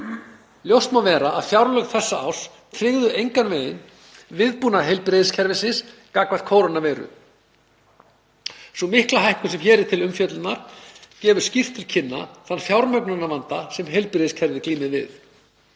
Ljóst má vera að fjárlög þessa árs tryggðu engan veginn viðbúnað heilbrigðiskerfisins gagnvart kórónuveiru. Sú mikla hækkun sem hér er til umfjöllunar gefur skýrt til kynna þann fjármögnunarvanda sem heilbrigðiskerfið glímir við.